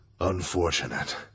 Unfortunate